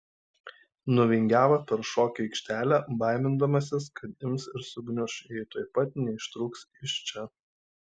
nuvingiavo per šokių aikštelę baimindamasis kad ims ir sugniuš jei tuoj pat neištrūks iš čia